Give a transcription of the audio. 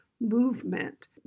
movement